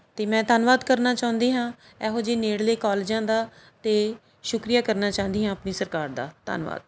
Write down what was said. ਅਤੇ ਮੈਂ ਧੰਨਵਾਦ ਕਰਨਾ ਚਾਹੁੰਦੀ ਹਾਂ ਇਹੋ ਜਿਹੀ ਨੇੜਲੇ ਕੋਲਜਾਂ ਦਾ ਅਤੇ ਸ਼ੁਕਰੀਆ ਕਰਨਾ ਚਾਹੁੰਦੀ ਹਾਂ ਆਪਣੀ ਸਰਕਾਰ ਦਾ ਧੰਨਵਾਦ